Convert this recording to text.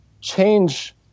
change